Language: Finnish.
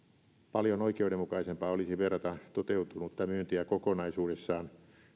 paljon oikeudenmukaisempaa olisi verrata toteutunutta myyntiä kokonaisuudessaan